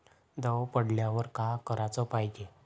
दव पडल्यावर का कराच पायजे?